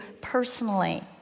personally